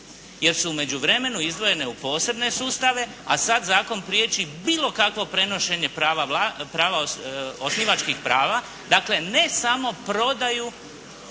Jer su u međuvremenu izdvojene u posebne sustave. A sada zakon prijeći bilo kakvo prenošenje prava, osnivačkih prava. Dakle, ne samo prodaju